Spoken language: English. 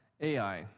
Ai